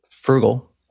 frugal